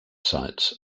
sites